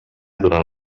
durant